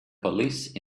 police